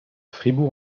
fribourg